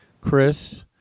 Chris